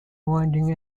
winding